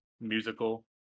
Musical